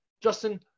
Justin